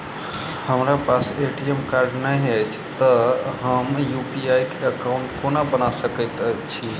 हमरा पास ATM card नहि अछि तए हम यु.पी.आई एकॉउन्ट कोना बना सकैत छी